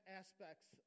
aspects